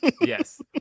Yes